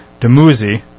Demuzi